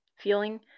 feeling